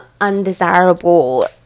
undesirable